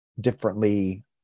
differently